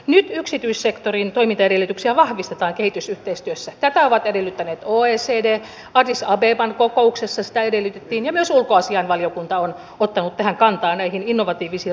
nyt yksityissektorin toimintaedellytyksiä vahvistetaan kehitysyhteistyössä tätä ovat edellyttäneet oecd addis abeban kokouksessa sitä edellytettiin ja myös ulkoasiainvaliokunta on ottanut kantaa näihin innovatiivisiin rahoituslähteisiin